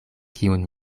kiun